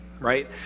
right